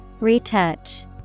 Retouch